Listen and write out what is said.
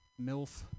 MILF